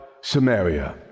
Samaria